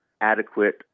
adequate